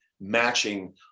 matching